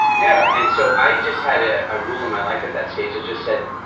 yeah and so i just had a ah rule in my life at that stage it just said,